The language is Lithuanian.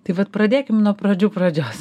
tai vat pradėkim nuo pradžių pradžios